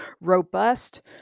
robust